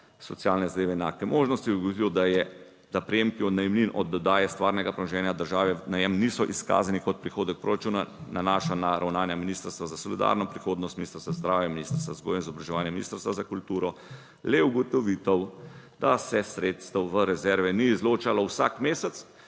socialne zadeve in enake možnosti. Ugotovitev, da je, da prejemki od najemnin od oddaje stvarnega premoženja države v najem niso izkazani kot prihodek proračuna, nanaša na ravnanja Ministrstva za solidarno prihodnost, Ministrstva za zdravje, Ministrstva za vzgojo in izobraževanje, Ministrstva za kulturo, le ugotovitev, da se sredstev v rezerve ni izločalo vsak mesec,